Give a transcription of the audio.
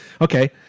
Okay